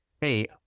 hey